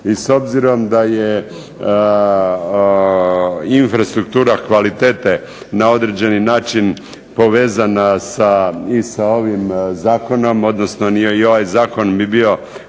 I s obzirom da je infrastruktura kvalitete na određeni način povezana sa, i sa ovim zakonom, odnosno i ovaj zakon bi bio